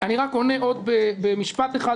אני רק עונה במשפט אחד,